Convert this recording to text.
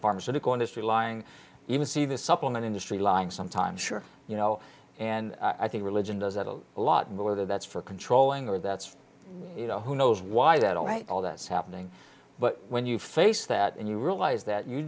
pharmaceutical industry lying even see the supplement industry lying sometimes sure you know and i think religion does a whole lot more that's for controlling or that's you know who knows why that all right all that's happening but when you face that and you realize that you